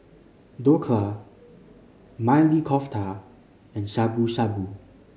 Dhokla Maili Kofta and Shabu Shabu